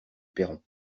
perron